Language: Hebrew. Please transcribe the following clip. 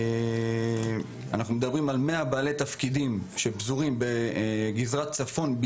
אנחנו מדברים על 100 בעלי תפקידים שפזורים בגזרת הצפון,